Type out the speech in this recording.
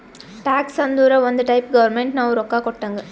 tax ಅಂದುರ್ ಒಂದ್ type government ನಾವು ರೊಕ್ಕಾ ಕೊಟ್ಟಂಗ್